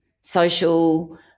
social